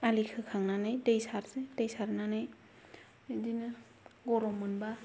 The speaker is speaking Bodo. आलि खोखांनानै दै सारो आरो दै सारनानै बिदिनो गरम मोनबा